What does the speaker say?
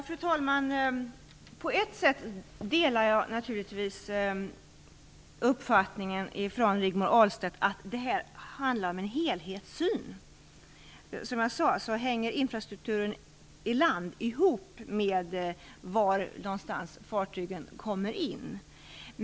Fru talman! På sätt och vis delar jag naturligtvis Rigmor Ahlstedts åsikt att det handlar om en helhetssyn. Som jag sade hänger infrastrukturen på land ihop med de hamnar där fartygen kommer in.